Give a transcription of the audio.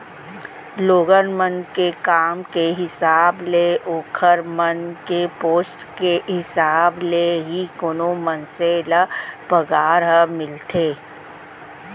लोगन मन के काम के हिसाब ले ओखर मन के पोस्ट के हिसाब ले ही कोनो मनसे ल पगार ह मिलथे